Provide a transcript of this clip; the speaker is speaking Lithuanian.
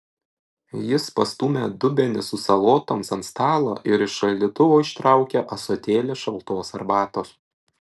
jis pastūmė dubenį su salotoms ant stalo ir iš šaldytuvo ištraukė ąsotėlį šaltos arbatos